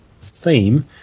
theme